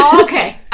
okay